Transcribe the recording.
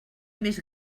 més